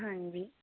ਹਾਂਜੀ